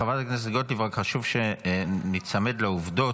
חברת הכנסת גוטליב, רק חשוב שניצמד לעובדות.